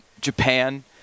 Japan